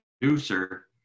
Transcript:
producer